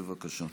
בבקשה.